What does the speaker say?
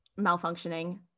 malfunctioning